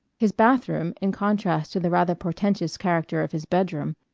his bathroom, in contrast to the rather portentous character of his bedroom,